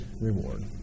reward